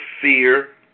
fear